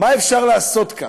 מה אפשר לעשות כאן?